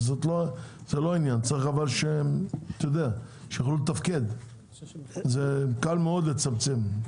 זה לא העניין אבל צריך שיוכלו לתפקד כי זה קל מאוד לצמצם.